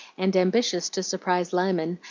and ambitious to surprise lyman,